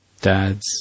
dad's